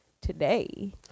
today